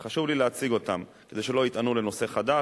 וחשוב לי להציג אותן כדי שלא יטענו על נושא חדש,